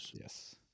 Yes